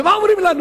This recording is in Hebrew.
ומה אומרים לנו?